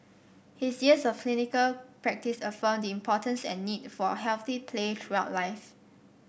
his years of clinical practice affirmed the importance and need for healthy play throughout life